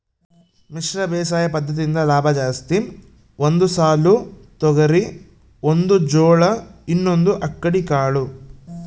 ಮಿಶ್ರ ಬೇಸಾಯ ಪದ್ದತಿಯಿಂದ ಲಾಭ ಜಾಸ್ತಿ ಒಂದು ಸಾಲು ತೊಗರಿ ಒಂದು ಜೋಳ ಇನ್ನೊಂದು ಅಕ್ಕಡಿ ಕಾಳು